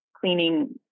cleaning